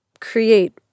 create